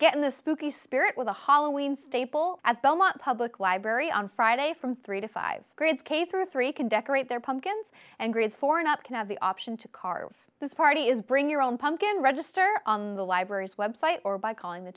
get in the spooky spirit with a hollowing staple at belmont public library on friday from three dollars to five dollars grades k through three can decorate their pumpkins and grades for an up can have the option to carve this party is bring your own pumpkin register on the library's website or by calling the